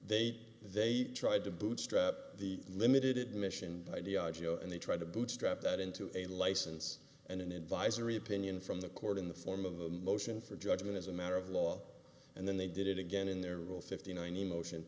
they they tried to bootstrap the limited mission idea and they tried to bootstrap that into a license and an advisory opinion from the court in the form of the motion for judgment as a matter of law and then they did it again in their rule fifty nine emotion